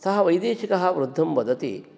सः वैदेशिकः वृद्धं वदति